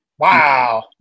Wow